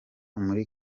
muri